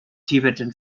tibetan